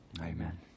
Amen